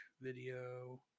Video